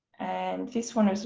and this one so